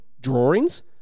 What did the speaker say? drawings